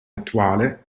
attuale